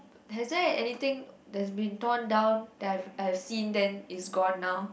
has there anything that has been torn down that I have I have seen then it's gone now